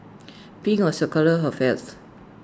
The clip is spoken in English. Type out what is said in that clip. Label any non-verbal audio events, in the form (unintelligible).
(noise) pink was A (unintelligible) colour for health